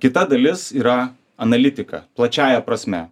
kita dalis yra analitika plačiąja prasme